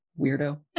weirdo